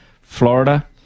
Florida